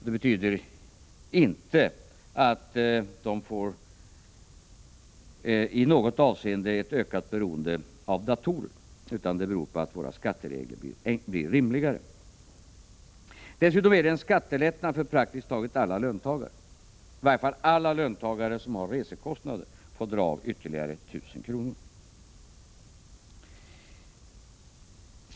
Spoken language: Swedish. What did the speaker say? Det betyder inte att man i något avseende får ett ökat beroende av datorer, utan det är våra skatteregler som blir rimligare. Dessutom är det fråga om en skattelättnad för praktiskt taget alla löntagare. I varje fall får alla löntagare som har resekostnader dra av ytterligare 1 000 kr.